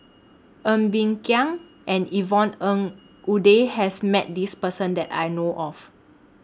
Ng Bee Kia and Yvonne Ng Uhde has Met This Person that I know of